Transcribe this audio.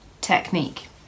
technique